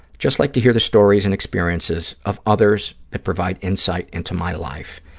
just like to hear the stories and experiences of others that provide insight into my life.